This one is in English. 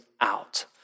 out